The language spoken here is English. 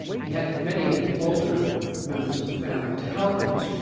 he had many older members of the family to help him,